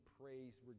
praise